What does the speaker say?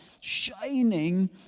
shining